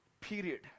Period